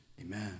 Amen